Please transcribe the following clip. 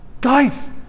guys